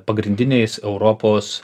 pagrindiniais europos